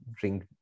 drink